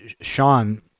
Sean